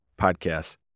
podcasts